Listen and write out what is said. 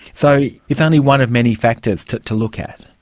so it's only one of many factors to to look at.